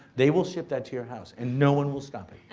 they will ship that to your house and no one will stop it. and